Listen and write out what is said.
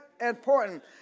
Important